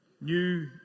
New